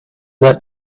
that